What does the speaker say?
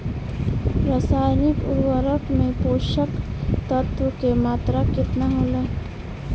रसायनिक उर्वरक मे पोषक तत्व के मात्रा केतना होला?